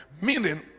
Meaning